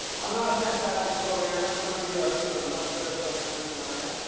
i'm not a fantastic programmer. some of you, i'm sure, much better programers than i am.